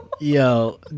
Yo